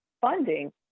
funding